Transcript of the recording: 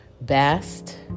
best